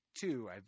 two